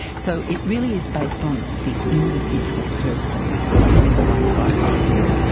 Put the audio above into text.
so it really is based on the individual person, not having a one-size-fits-all,